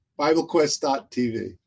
BibleQuest.tv